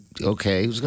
okay